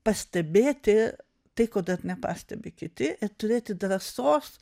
pastebėti tai ko dar nepastebi kiti ir turėti drąsos